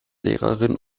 lehrerin